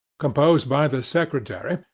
composed by the secretary,